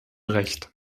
recht